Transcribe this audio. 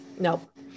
Nope